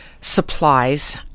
supplies